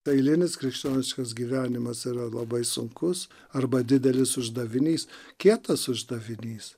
eilinis krikščioniškas gyvenimas yra labai sunkus arba didelis uždavinys kietas uždavinys